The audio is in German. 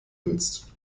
willst